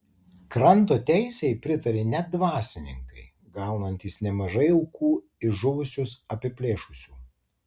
kranto teisei pritarė net dvasininkai gaunantys nemažai aukų iš žuvusius apiplėšusių